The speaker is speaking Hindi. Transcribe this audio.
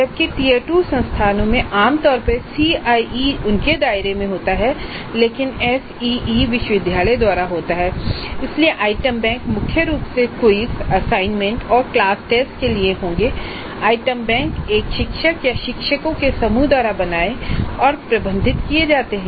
जबकि टियर 2 संस्थानों में आमतौर पर सीआईई उनके दायरे में होता है लेकिन एसईई विश्वविद्यालय द्वारा होता है इसलिए आइटम बैंक मुख्य रूप से क्विज़ असाइनमेंट और क्लास टेस्ट के लिए होंगे आइटम बैंक एक शिक्षक या शिक्षकों के समूह द्वारा बनाए और प्रबंधित किए जाते हैं